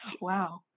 Wow